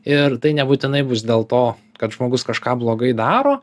ir tai nebūtinai bus dėl to kad žmogus kažką blogai daro